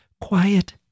quiet